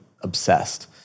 obsessed